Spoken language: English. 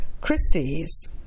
Christie's